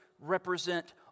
represent